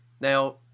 now